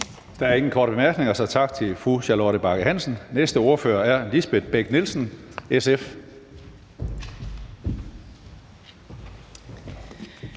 Der er ingen korte bemærkninger, så tak til fru Charlotte Bagge Hansen. Den næste ordfører er Lisbeth Bech-Nielsen, SF.